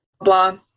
blah